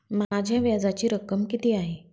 माझ्या व्याजाची रक्कम किती आहे?